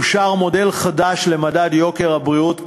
אושר מודל חדש למדד יוקר הבריאות,